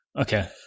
Okay